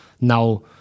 now